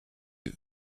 you